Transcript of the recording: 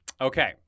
Okay